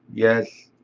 yes,